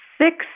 six